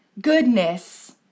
goodness